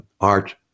art